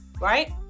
right